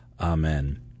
Amen